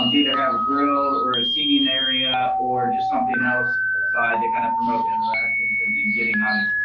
and either have a grill or a seating area or just something else to kind of promote interaction and getting on.